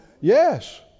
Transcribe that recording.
Yes